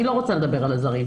אני לא רוצה לדבר על הזרים,